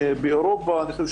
ובמיוחד עם פרופ' טרכטנברג,